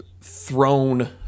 thrown